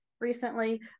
recently